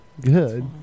Good